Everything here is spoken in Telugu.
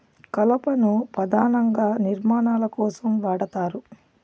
కలపను పధానంగా నిర్మాణాల కోసం వాడతారు